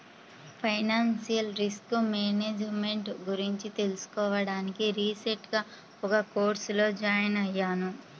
financial risk management గురించి తెలుసుకోడానికి recent గా ఒక కోర్సులో జాయిన్ అయ్యాను